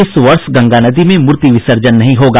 इस वर्ष गंगा नदी में मूर्ति विसर्जन नहीं होगा